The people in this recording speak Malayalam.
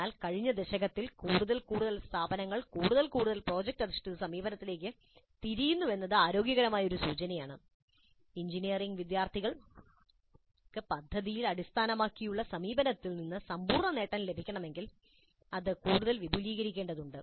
എന്നാൽ കഴിഞ്ഞ ദശകത്തിൽ കൂടുതൽ കൂടുതൽ സ്ഥാപനങ്ങൾ കൂടുതൽ കൂടുതൽ പ്രോജക്റ്റ് അധിഷ്ഠിത സമീപനത്തിലേക്ക് തിരിയുന്നുവെന്നത് ആരോഗ്യകരമായ ഒരു സൂചനയാണ് എഞ്ചിനീയറിംഗ് വിദ്യാർത്ഥികൾക്ക് പദ്ധതിയിൽ അടിസ്ഥാനമാക്കിയുള്ള സമീപനത്തിൽ നിന്ന് സമ്പൂർണ്ണ നേട്ടം ലഭിക്കണമെങ്കിൽ അത് കൂടുതൽ വിപുലീകരിക്കേണ്ടതുണ്ട്